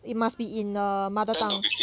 it must be in a mother tongue